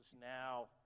now